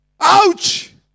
Ouch